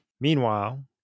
Meanwhile